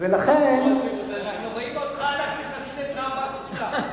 אנחנו רואים אותך, אנחנו נכנסים לטראומה כפולה.